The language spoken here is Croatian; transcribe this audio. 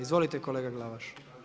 Izvolite kolega Glavaš.